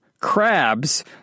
crabs